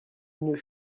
une